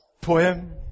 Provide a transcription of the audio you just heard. poem